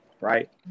right